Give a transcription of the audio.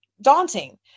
daunting